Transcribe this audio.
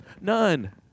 None